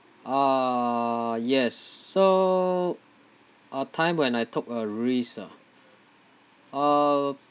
uh yes so a time when I took a risk ah uh